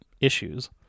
issues